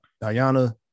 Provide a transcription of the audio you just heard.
Diana